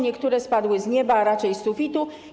Niektóre spadły z nieba, a raczej z sufitu.